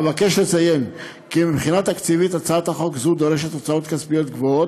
אבקש לציין כי מבחינה תקציבית הצעת חוק זו דורשת הוצאות כספיות גבוהות,